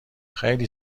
خیلی